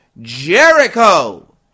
Jericho